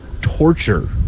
torture